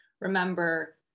remember